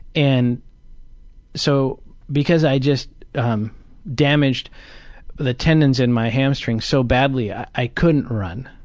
and so because i just um damaged the tendons in my hamstrings so badly i i couldn't run.